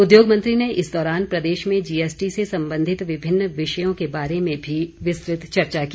उद्योग मंत्री ने इस दौरान प्रदेश में जीएसटी से संबंधित विभिन्न विषयों के बारे में भी विस्तृत चर्चा की